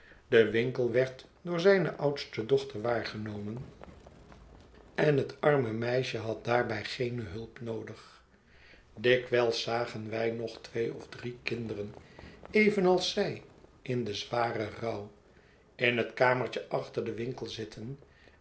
de winkel werd door zijne oudste dochter waargenomen en het arme meisje had daarbij geene hulp noodig dikwijle zagen wij nog twee of drie kinderen evenals zij in den zwaren rouw in het kamertje achter den winkel zitten